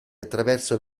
attraverso